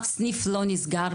אף סניף לא נסגר,